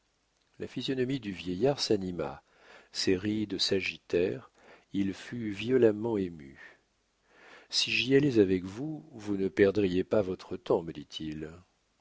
la physionomie du vieillard s'anima ses rides s'agitèrent il fut violemment ému si j'y allais avec vous vous ne perdriez pas votre temps me dit-il